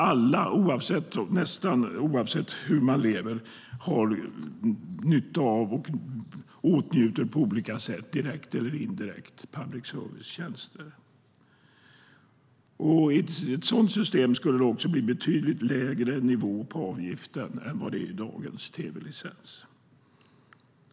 Alla, oavsett hur de lever, har nytta av och åtnjuter på olika sätt direkt eller indirekt public service-tjänster. I ett sådant system skulle det bli en betydligt lägre nivå på avgiften än med dagens tv-licens.